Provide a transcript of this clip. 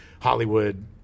Hollywood